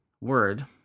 word